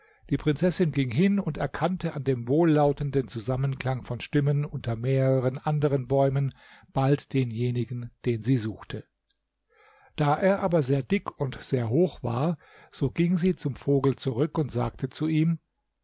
die prinzessin ging hin und erkannte an dem wohllautenden zusammenklang von stimmen unter mehreren anderen bäumen bald denjenigen den sie suchte da er aber sehr dick und sehr hoch war so ging sie zum vogel zurück und sagte zum ihm